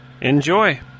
Enjoy